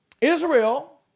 Israel